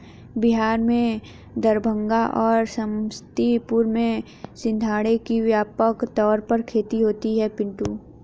बिहार में दरभंगा और समस्तीपुर में सिंघाड़े की व्यापक तौर पर खेती होती है पिंटू